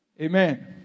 Amen